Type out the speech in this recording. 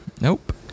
Nope